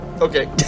Okay